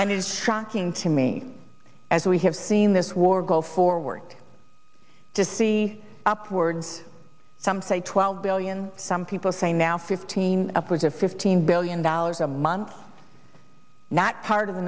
and it is shocking to me as we have seen this war go forward to see upwards some say twelve billion some people say now fifteen upwards of fifteen billion dollars a month not part of the